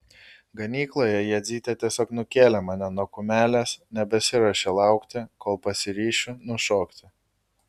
ganykloje jadzytė tiesiog nukėlė mane nuo kumelės nebesiruošė laukti kol pasiryšiu nušokti